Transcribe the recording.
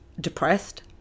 depressed